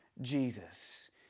Jesus